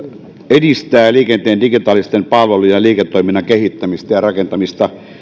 edistää liikenteen digitaalisten palveluiden ja liiketoiminnan kehittämistä ja rakentamista